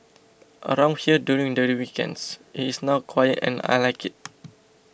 around here during the weekends it is now quiet and I like it